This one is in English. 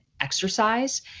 exercise